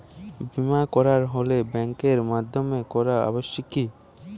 বিমা করাতে হলে ব্যাঙ্কের মাধ্যমে করা আবশ্যিক কি?